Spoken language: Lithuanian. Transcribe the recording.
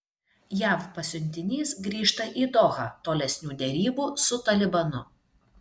jav pasiuntinys grįžta į dohą tolesnių derybų su talibanu